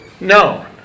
no